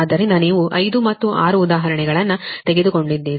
ಆದ್ದರಿಂದ ನೀವು 5 ಅಥವಾ 6 ಉದಾಹರಣೆಗಳನ್ನು ತೆಗೆದುಕೊಂಡಿದ್ದೀರಿ